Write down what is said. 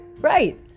Right